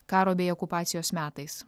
karo bei okupacijos metais